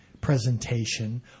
presentation